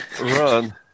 Run